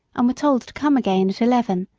and were told to come again at eleven,